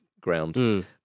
ground